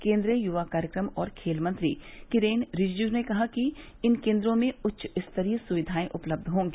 केन्द्रीय युवा कार्यक्रम और खेल मंत्री किरेन रिजिजू ने कहा है कि इन केन्द्रों में उच्च स्तरीय सुविधाए उपलब्ध होंगी